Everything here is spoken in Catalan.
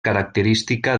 característica